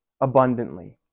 abundantly